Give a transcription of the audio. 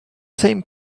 same